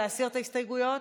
להסיר את ההסתייגויות?